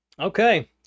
Okay